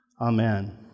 Amen